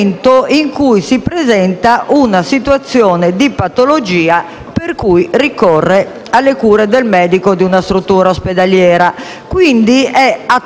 per cui ricorre alle cure del medico di una struttura ospedaliera. È quindi attuale al momento in cui il paziente lo deve firmare.